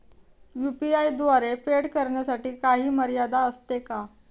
UPI द्वारे फेड करण्यासाठी काही मर्यादा असते का?